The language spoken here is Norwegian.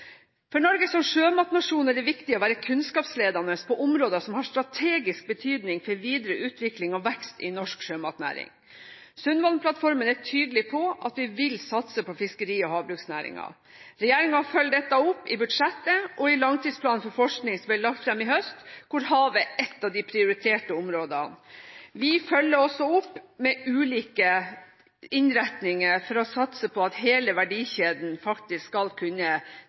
For Norge som sjømatnasjon er det viktig å være kunnskapsledende på områder som har strategisk betydning for videre utvikling og vekst i norsk sjømatnæring. Sundvolden-plattformen er tydelig på at vi vil satse på fiskeri- og havbruksnæringen. Regjeringen følger dette opp i budsjettet og i langtidsplanen for forskning som ble lagt fram i høst, hvor havet er et av de prioriterte områdene. Vi følger også opp med ulike innretninger for å satse på at hele verdikjeden faktisk skal kunne